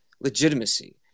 legitimacy